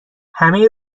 همه